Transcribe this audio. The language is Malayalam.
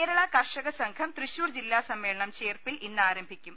കേരള കർഷക സംഘം തൃശൂർ ജില്ലാ സമ്മേളനം ചേർപ്പിൽ ഇന്ന് ആരംഭിക്കും